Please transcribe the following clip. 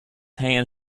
hand